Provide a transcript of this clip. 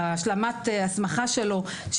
את ההסמכה שלו בהייטק,